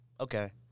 okay